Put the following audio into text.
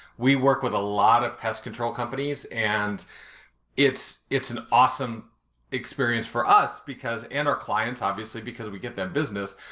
we work with a lot of pest control companies, and it's it's an awesome experience for us, because. and our clients, obviously, because we get them business,